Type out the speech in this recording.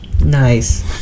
Nice